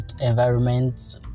environment